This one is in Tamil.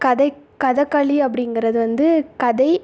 கதைக் கதகளியும் அப்படிங்குறது வந்து கதை